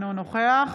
אינו נוכח